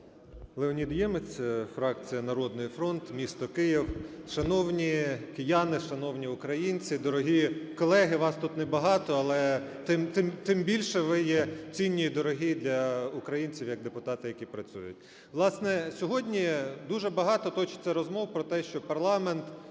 Леонід Ємець, фракція "Народний фронт", місто Київ. Шановні кияни! Шановні українці! Дорогі колеги! Вас тут небагато, але тим більше ви є цінні і дорогі для українців як депутати, які працюють. Власне, сьогодні дуже багато точиться розмов про те, що парламент